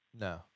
no